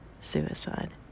suicide